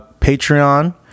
Patreon